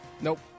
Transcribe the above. Nope